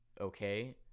okay